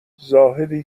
زاهدی